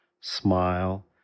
Smile